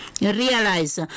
realize